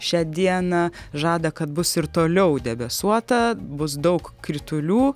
šią dieną žada kad bus ir toliau debesuota bus daug kritulių